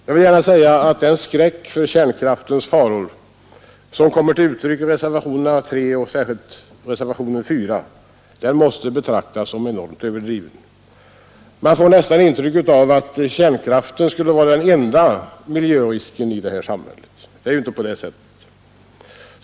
Jag vill gärna säga att den skräck för kärnkraftens faror som kommer till uttryck i reservationen 3 och särskilt i reservationen 4 måste betraktas som enormt överdriven. Man får nästan intrycket att kärnkraften skulle vara den enda miljörisken i vårt samhälle. Det är inte på det sättet.